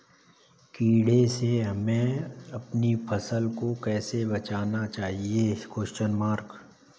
कीड़े से हमें अपनी फसल को कैसे बचाना चाहिए?